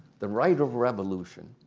the right of revolution,